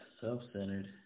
self-centered